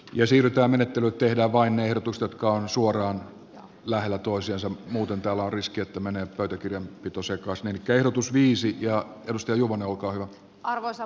ja siirtää menettely tehdä vain ehdotus tutkaan suoraan lähellä toisiansa muuten talo riskittömänä pöytäkirjan pito sarkasmin kehotus viisi ja musta juvan ulkoilu arvoisa